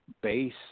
base